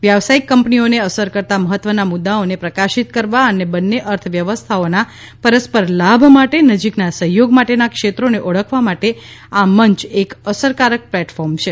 વ્યાવસાયિક કંપનીઓને અસર કરતા મહત્વના મુદ્દાઓને પ્રકાશિત કરવા અને બંને અર્થવ્યવસ્થાઓના પરસ્પર લાભ માટે નજીકના સહયોગ માટેના ક્ષેત્રોને ઓળખવા માટે આ મંચ એક અસરકારક પ્લેટફોર્મ છે